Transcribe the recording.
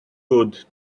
good